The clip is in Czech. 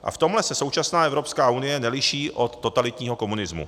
A v tomhle se současná Evropská unie neliší od totalitního komunismu.